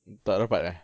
tak dapat eh